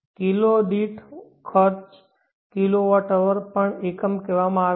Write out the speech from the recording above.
kilo દીઠ ખર્ચ kHW પણ એકમ કહેવામાં આવે છે